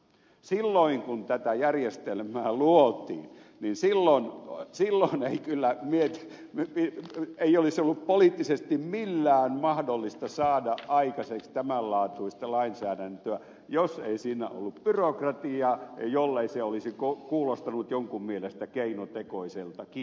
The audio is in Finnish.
silloin kun tätä järjestelmää luotiin myös silloin silolahden kylä vienyt verbi juttu ei kyllä olisi ollut poliittisesti millään mahdollista saada aikaiseksi tämän laatuista lainsäädäntöä jollei siinä olisi ollut byrokratiaa jollei se olisi kuulostanut jonkun mielestä keinotekoiseltakin